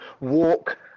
walk